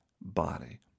body